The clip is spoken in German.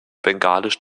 bengalisch